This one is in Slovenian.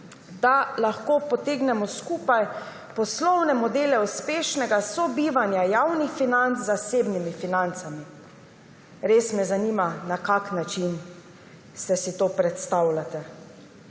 da lahko potegnemo skupaj poslovne modele uspešnega sobivanja javnih financ z zasebnimi financami. Res me zanima, na kakšen način si to predstavljate.